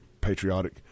patriotic